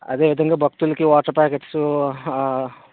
అదే విధంగా భక్తులకి వాటర్ ప్యాకెట్సు